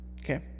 Okay